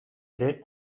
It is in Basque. ere